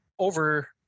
over